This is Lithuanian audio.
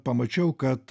pamačiau kad